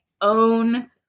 own